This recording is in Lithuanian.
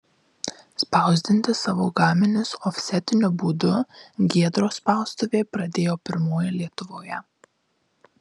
spausdinti savo gaminius ofsetiniu būdu giedros spaustuvė pradėjo pirmoji lietuvoje